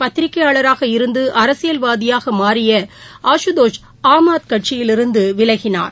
பத்திரிகைபாளராக இருந்து அரசியல்வாதியாக மாறிய அஷுதோஷ் ஆம் ஆத்மி கட்சியிலிருந்து விலகினார்